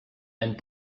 and